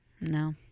no